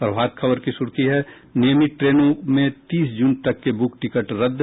प्रभात खबर की सुर्खी है नियमित ट्रनों में तीस जून तक के बुक टिकट रद्द